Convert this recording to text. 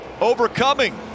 overcoming